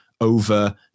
over